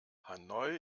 hanoi